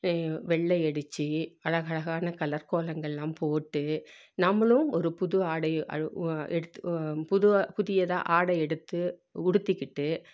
வெள்ளையடித்து அழகழகான கலர் கோலங்களெலாம் போட்டு நம்மளும் ஒரு புது ஆடையை எடுத்து புது புதியதாக ஆடை எடுத்து உடுத்திக்கிட்டு